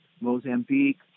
Mozambique